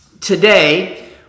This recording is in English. Today